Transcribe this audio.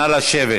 נא לשבת.